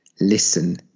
Listen